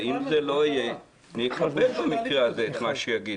ואם זה לא יהיה אני אקבל במקרה הזה את מה שיגידו,